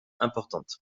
importantes